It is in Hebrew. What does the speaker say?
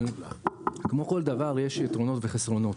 אבל כמו כל דבר יש יתרונות וחסרונות.